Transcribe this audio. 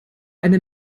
eine